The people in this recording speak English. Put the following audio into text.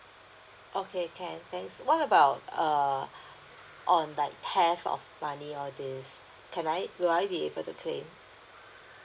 okay can thanks what about err on like theft of money all this can I will I be able to claim